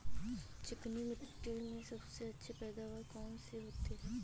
चिकनी मिट्टी में सबसे अच्छी पैदावार कौन सी होती हैं?